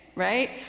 Right